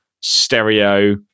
stereo